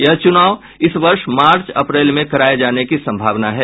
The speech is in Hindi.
ये चुनाव इस वर्ष मार्च अप्रैल में कराये जाने की संभावना है